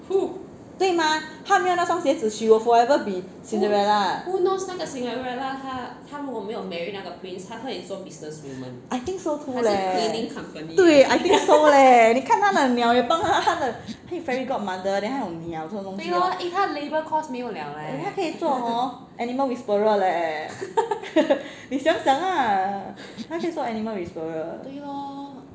对吗她没有那双鞋子 she will forever be cinderella I think so too leh 对 I think so leh 你看她的鸟也帮她的 fairy godmother then 她有鸟这种东西她可以做 hor animal whisperer leh 你想想 lah 她可以做 animal whisperer